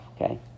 okay